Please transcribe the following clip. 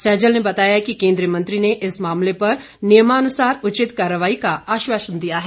सैजल ने बताया कि केंद्रीय मंत्री ने इस मामले पर नियमानुसार उचित कार्रवाई का आश्वासन दिया है